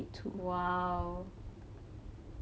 !wow!